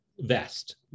vest